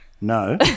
No